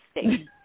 state